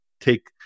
Take